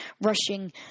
rushing